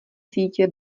sítě